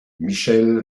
michèle